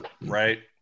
right